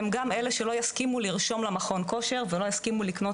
הם גם אלה שלא יסכימו לרשום למכון כושר ולא יסכימו לקנות